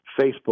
Facebook